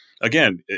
again